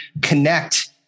connect